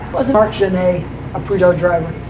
was not gene a peugeot driver?